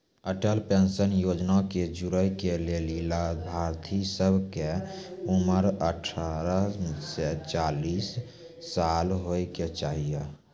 Atal pension योजना से जुड़ै के लेली लाभार्थी सभ के उमर अठारह से चालीस साल होय के चाहि